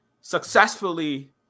successfully